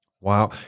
Wow